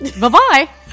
Bye-bye